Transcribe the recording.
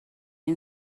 این